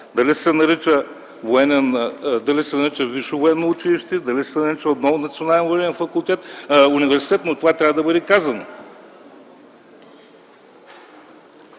Дали ще се нарича висше военно училище, дали ще се нарича отново национален военен университет, но това трябва да бъде казано.